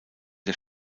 der